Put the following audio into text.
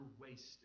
wasted